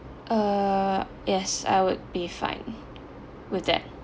uh yes I would be fine with that